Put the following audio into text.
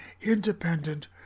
independent